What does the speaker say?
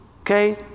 Okay